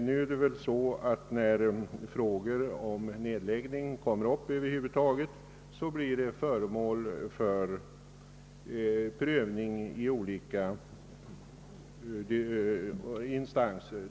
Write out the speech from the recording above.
Nu blir väl frågor om nedläggning föremål för prövning i olika instanser.